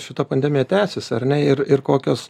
šita pandemija tęsis ar ne ir ir kokios